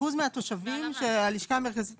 אחוז מהתושבים שהלשכה המרכזית